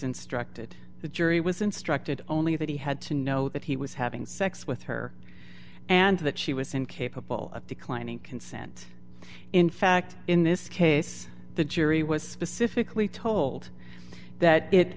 instructed the jury was instructed only that he had to know that he was having sex with her and that she was incapable of declining consent in fact in this case the jury was specifically told that it